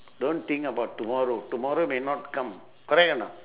don't think about tomorrow tomorrow may not come correct or not